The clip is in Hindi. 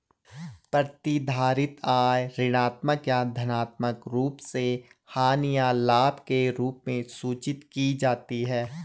प्रतिधारित आय ऋणात्मक या धनात्मक रूप से हानि या लाभ के रूप में सूचित की जाती है